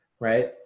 Right